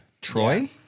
Troy